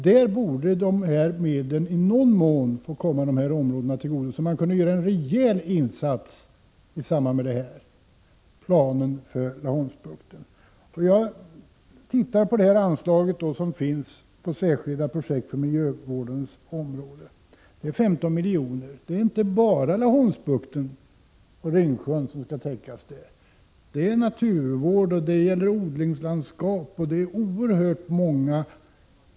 Dessa medel borde i någon mån komma dessa områden till godo, så att man kunde göra en rejäl insats i samband med planen för Laholmsbukten. Det särskilda anslag som finns för särskilda projekt på miljövårdens område är på 15 milj.kr. Det skall inte bara täcka kostnader för Laholmsbukten och Ringsjön. Det skall täcka kostnader även för naturvård, odlingslandskap och mycket annat.